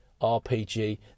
RPG